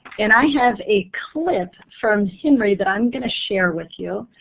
and i have a clip firm henry that i'm going to share with you.